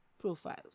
profiles